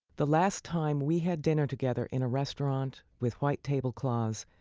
the last time we had dinner together in a restaurant with white tablecloths,